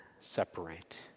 separate